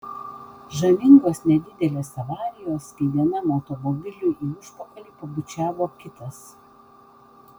žavingos nedidelės avarijos kai vienam automobiliui į užpakalį pabučiavo kitas